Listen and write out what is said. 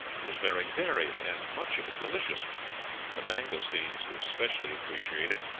it was very varied, and much of it delicious the mangosteens were specially appreciated,